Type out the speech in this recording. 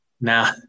Now